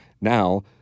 now